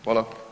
Hvala.